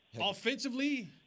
Offensively